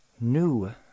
new